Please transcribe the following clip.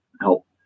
help